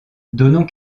donnons